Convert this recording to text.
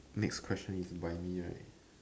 next question is by me right